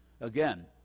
Again